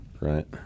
Right